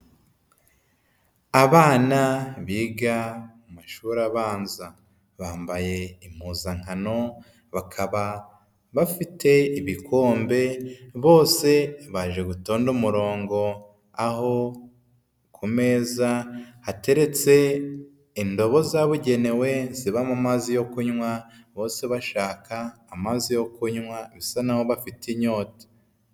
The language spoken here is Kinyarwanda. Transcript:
Abana biga mu mashuri abanza, bambaye impuzankano bakaba bafite ibikombe, bose baje gutonde umurongo aho ku meza hateretse indabo zabugenewe zibamo amazi yo kunywa bose bashaka amazi yo kunywa bisa n'aho bafite inyota.